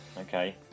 Okay